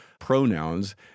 pronouns